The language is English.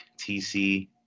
TC